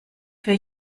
für